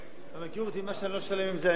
בבקשה, אדוני השר.